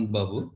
Babu